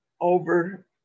over